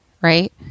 right